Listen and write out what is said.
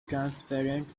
transparent